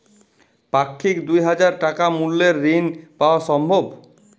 পাক্ষিক দুই হাজার টাকা মূল্যের ঋণ পাওয়া সম্ভব?